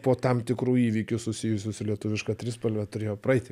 po tam tikrų įvykių susijusių su lietuviška trispalve turėjo praeiti